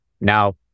Now